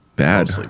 bad